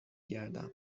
گردم